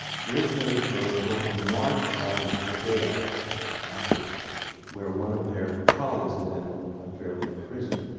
parishioners were going to march on the jail afterwards where one of their colleagues had been unfairly imprisoned.